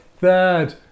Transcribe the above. third